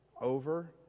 over